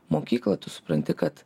mokyklą tu supranti kad